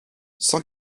cent